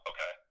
Okay